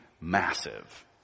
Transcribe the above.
massive